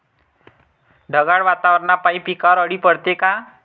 ढगाळ वातावरनापाई पिकावर अळी पडते का?